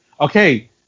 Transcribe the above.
okay